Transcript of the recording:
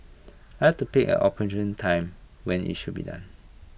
I had to pick an opportune time when IT should be done